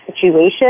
situation